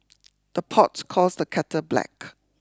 the pot calls the kettle black